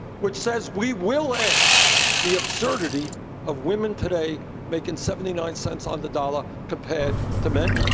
which says we will end the absurdity of women today making seventy nine cents on the dollar compared to men.